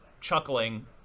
chuckling